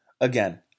again